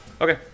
Okay